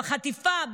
בחטיפה,